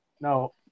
no